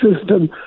system